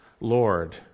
Lord